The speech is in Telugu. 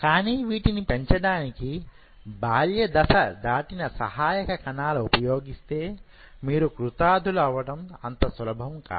కానీ వీటిని పెంచడానికి బాల్య దశ దాటిన సహాయక కణాలు ఉపయోగిస్తే మీరు కృతార్థులు అవటం అంత సులభం కాదు